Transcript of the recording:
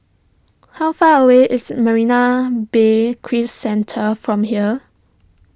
how far away is Marina Bay Cruise Centre from here